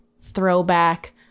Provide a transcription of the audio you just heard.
throwback